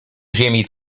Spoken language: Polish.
ziemi